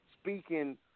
Speaking